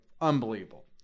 unbelievable